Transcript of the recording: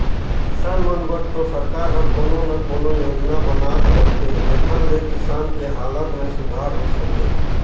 किसान मन बर तो सरकार हर कोनो न कोनो योजना बनात रहथे जेखर ले किसान के हालत में सुधार हो सके